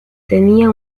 tenía